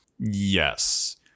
Yes